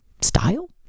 style